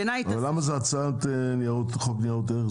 למה זה הצעת חוק ניירות ערך?